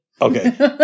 Okay